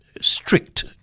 strict